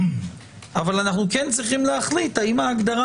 אבל אנחנו כן צריכים להחליט האם הגדרה